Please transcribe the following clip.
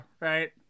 right